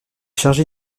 chargée